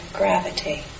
gravity